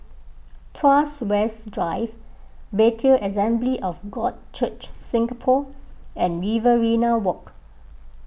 Tuas West Drive Bethel Assembly of God Church Singapore and Riverina Walk